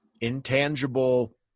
intangible